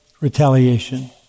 retaliation